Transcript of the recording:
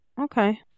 Okay